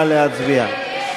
נא להצביע.